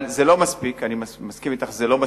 אני מסכים אתך שזה לא מספיק.